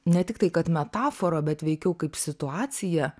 ne tiktai kad metafora bet veikiau kaip situacija